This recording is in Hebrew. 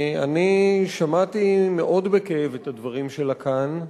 אני שמעתי מאוד בכאב את הדברים שלה כאן,